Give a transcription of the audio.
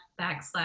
backslash